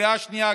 קריאה שנייה,